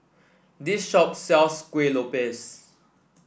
this shop sells Kueh Lopes